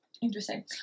Interesting